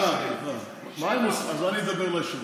אז אני אדבר ליושב-ראש.